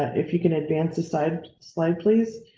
if you can advance aside slide, please,